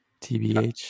TBH